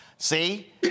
See